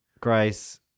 grace